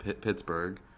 Pittsburgh